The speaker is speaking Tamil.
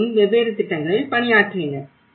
அவர்களும் வெவ்வேறு திட்டங்களில் பணியாற்றினர்